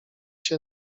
się